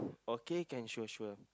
okay can sure sure